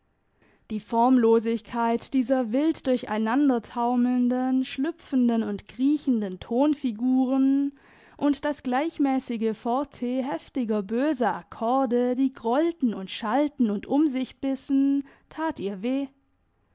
die formlosigkeit dieser wild durch einandertaumelnden schlüpfenden und kriechenden tonfiguren und das gleichmässige forte heftiger böser akkorde die grollten und schalten und um sich bissen tat ihr weh